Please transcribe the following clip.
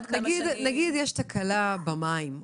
נגיד יש תקלה במים,